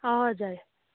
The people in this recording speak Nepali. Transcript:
हजुर